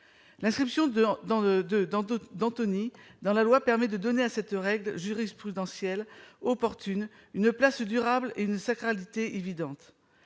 dans d'autres d'Antony dans la loi permet de donner à cette règle jurisprudentielle opportune une place durable et une sacralité évidente,